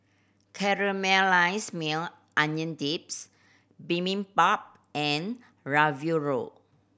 Caramelized Maui Onion Dips Bibimbap and Ravioli